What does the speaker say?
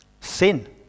sin